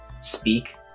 speak